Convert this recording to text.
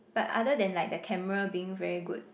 but other than like the camera being very good